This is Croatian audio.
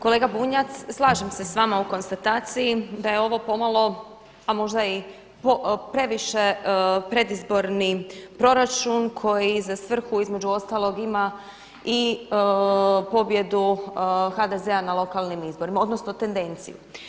Kolega Bunjac, slažem se sa vama u konstataciji da je ovo pomalo, a možda i previše predizborni proračun koji za svrhu između ostalog ima i pobjedu HDZ-a na lokalnim izborima, odnosno tendenciju.